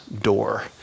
door